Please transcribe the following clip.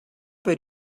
were